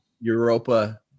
europa